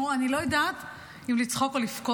תשמעו, אני לא יודעת אם לצחוק או לבכות.